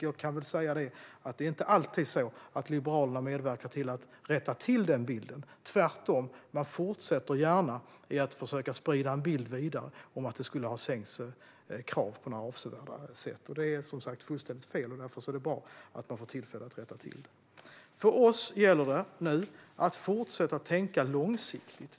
Liberalerna medverkar inte alltid till att rätta till en sådan felaktig bild. Tvärtom fortsätter man gärna att sprida vidare bilden av att kraven skulle ha sänkts avsevärt. Det är som sagt fullständigt fel, och därför är det bra att vi får tillfälle att rätta till det. För oss gäller det nu att fortsätta tänka långsiktigt.